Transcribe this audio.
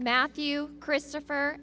matthew christopher